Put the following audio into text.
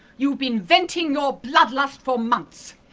you've been venting your bloodlust for months!